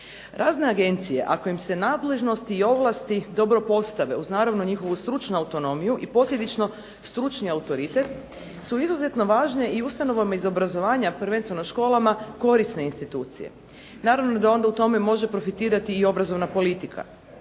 Razne agencije ako im se nadležnosti i ovlasti dobro postave uz naravno njihovu stručnu autonomiju i posljedično stručni autoritet, su izuzetno važe i u ustanovama iz obrazovanja prvenstveno školama, korisne institucije. Naravno da u tome onda može profitirati i obrazovna politika.